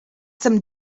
some